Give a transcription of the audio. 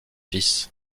fils